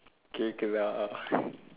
கேட்குதா:keetkuthaa